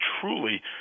truly